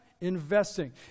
Investing